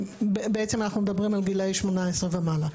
בעצם אנחנו מדברים על גילאי 18 ומעלה.